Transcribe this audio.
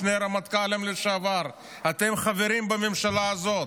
שני רמטכ"לים לשעבר: אתם חברים בממשלה הזאת,